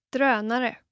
Drönare